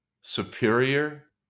superior